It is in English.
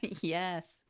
Yes